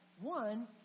One